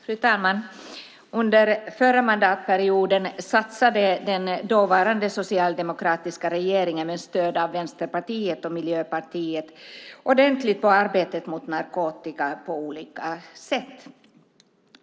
Fru talman! Under förra mandatperioden satsade den dåvarande socialdemokratiska regeringen med stöd av Vänsterpartiet och Miljöpartiet ordentligt på arbetet mot narkotika på olika sätt.